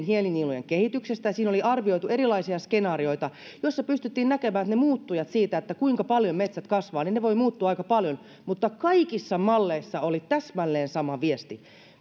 hiilinielujen kehityksestä ja siinä oli arvioitu erilaisia skenaarioita joissa pystyttiin näkemään ne muuttujat kuinka paljon metsät kasvavat ja ne voivat muuttua aika paljon mutta kaikissa malleissa oli täsmälleen sama viesti